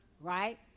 right